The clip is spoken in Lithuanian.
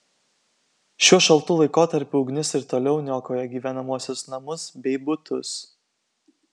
šiuo šaltu laikotarpiu ugnis ir toliau niokoja gyvenamuosius namus bei butus